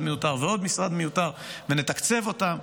מיותר ועוד משרד מיותר ונתקצב אותם,